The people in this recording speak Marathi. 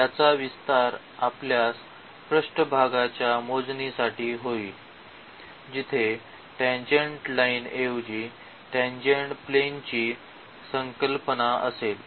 याचा विस्तार आपल्यास पृष्ठभागाच्या मोजणीसाठी होईल जिथे टँजेन्ट लाईन ऐवजी टँजेन्ट प्लेनची संकल्पना असेल